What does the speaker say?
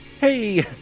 Hey